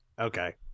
Okay